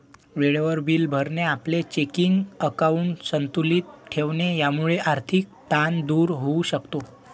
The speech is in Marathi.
वेळेवर बिले भरणे, आपले चेकिंग अकाउंट संतुलित ठेवणे यामुळे आर्थिक ताण दूर होऊ शकतो